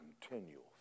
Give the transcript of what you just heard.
continual